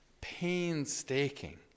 painstaking